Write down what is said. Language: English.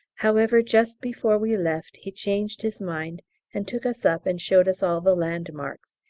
however, just before we left he changed his mind and took us up and showed us all the landmarks,